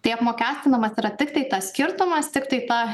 tai apmokestinamas yra tiktai tas skirtumas tiktai ta